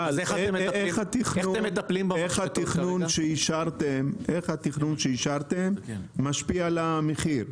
גל, איך התכנון שאישרתם משפיע על המחיר?